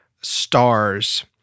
stars